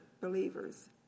believers